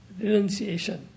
renunciation